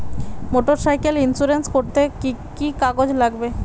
Motorcycle insurance করতে কি কি কাগজ লাগবে?